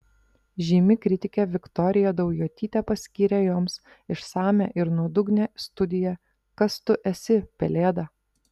žymi kritikė viktorija daujotytė paskyrė joms išsamią ir nuodugnią studiją kas tu esi pelėda